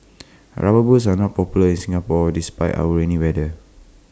rubber boots are not popular in Singapore despite our rainy weather